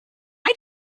did